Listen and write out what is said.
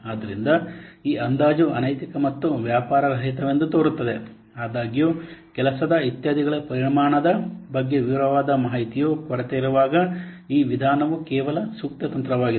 ಆದ್ದರಿಂದ ಈ ಅಂದಾಜು ಅನೈತಿಕ ಮತ್ತು ವ್ಯಾಪಾರರಹಿತವೆಂದು ತೋರುತ್ತದೆ ಆದಾಗ್ಯೂ ಕೆಲಸದ ಇತ್ಯಾದಿಗಳ ಪರಿಮಾಣದ ಬಗ್ಗೆ ವಿವರವಾದ ಮಾಹಿತಿಯು ಕೊರತೆಯಿರುವಾಗ ಈ ವಿಧಾನವು ಕೇವಲ ಸೂಕ್ತ ತಂತ್ರವಾಗಿದೆ